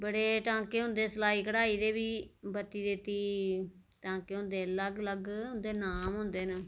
बड़े टांके होंदे सलाई कढाई दे बी बत्ती तेत्ती टांके होंदे अलग अलग उंदे नां होंदे ना